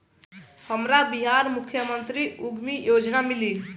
हमरा बिहार मुख्यमंत्री उद्यमी योजना मिली?